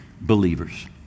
believers